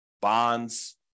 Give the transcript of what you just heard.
bonds